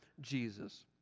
Jesus